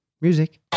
music